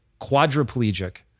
Quadriplegic